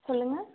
சொல்லுங்க